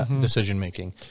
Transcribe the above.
decision-making